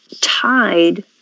Tied